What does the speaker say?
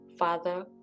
Father